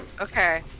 Okay